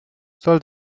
soll